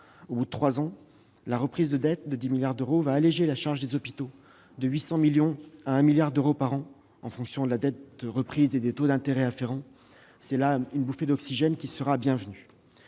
Au bout de trois ans, la reprise de dette va alléger la charge des hôpitaux de 800 millions à 1 milliard d'euros par an, en fonction de la dette reprise et des taux d'intérêt afférents. Il s'agit d'une bouffée d'oxygène bienvenue.